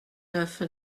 neuf